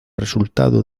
resultado